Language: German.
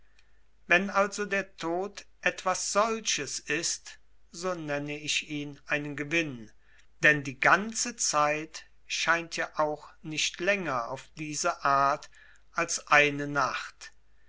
wenn also der tod etwas solches ist so nenne ich ihn einen gewinn denn die ganze zeit scheint ja auch nicht länger auf diese art als eine nacht